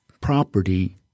property